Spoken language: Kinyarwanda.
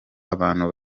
abantu